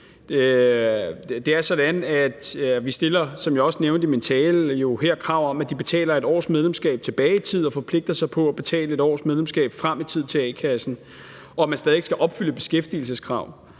stiller krav om, at de betaler 1 års medlemskab tilbage i tid og forpligter sig på at betale 1 års medlemskab frem i tiden til a-kassen; de skal stadig væk opfylde beskæftigelseskravet